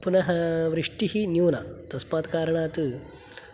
पुनः वृष्टिः न्यूना तस्मात् कारणात्